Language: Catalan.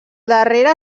darrere